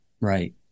Right